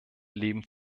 leben